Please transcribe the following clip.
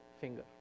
finger